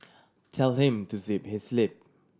tell him to zip his lip